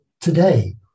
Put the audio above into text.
today